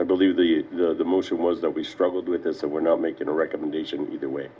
i believe the emotion was that we struggled with this and we're not making a recommendation either way